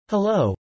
Hello